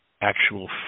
actual